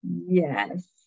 Yes